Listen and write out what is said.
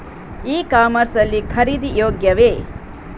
E commerce ಲ್ಲಿ ಖರೀದಿ ಯೋಗ್ಯವೇ?